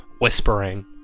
whispering